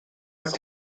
ist